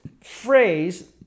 phrase